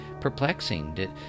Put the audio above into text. perplexing